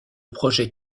projet